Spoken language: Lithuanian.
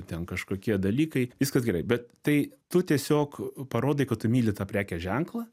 ten kažkokie dalykai viskas gerai bet tai tu tiesiog parodai kad tu myli tą prekės ženklą